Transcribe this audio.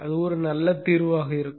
அது ஒரு நல்ல தீர்வாக இருக்கும்